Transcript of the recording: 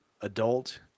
adult